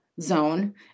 zone